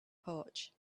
porch